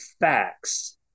facts